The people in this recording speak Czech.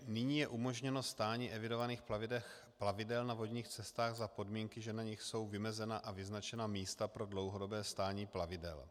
Nyní je umožněno stání evidovaných plavidel na vodních cestách za podmínky, že na nich jsou vymezena a vyznačena místa pro dlouhodobé stání plavidel.